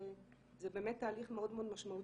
זה באמת תהליך מאוד משמעותי.